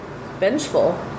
Vengeful